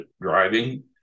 driving